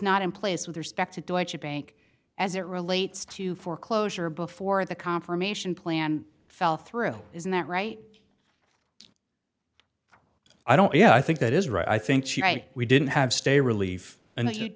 not in place with respect to do it your bank as it relates to foreclosure before the confirmation plan fell through isn't that right i don't know i think that is right i think she right we didn't have stay relief and